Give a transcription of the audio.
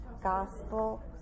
gospel